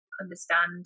understand